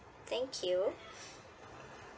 thank you